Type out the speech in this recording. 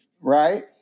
Right